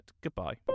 Goodbye